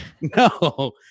No